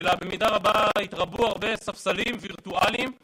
אלא במידה רבה התרבו הרבה ספסלים וירטואלים